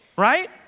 right